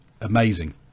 amazing